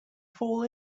fall